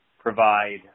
provide